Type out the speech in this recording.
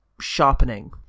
sharpening